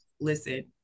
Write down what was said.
listen